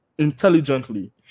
intelligently